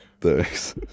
Thanks